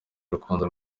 urukundo